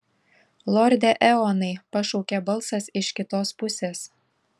lorde eonai pašaukė balsas iš kitos pusės